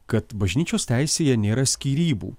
kad bažnyčios teisėje nėra skyrybų